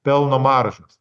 pelno maržos